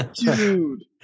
dude